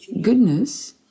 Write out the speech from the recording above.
Goodness